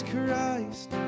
Christ